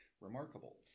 remarkable